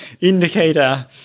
Indicator